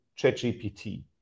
ChatGPT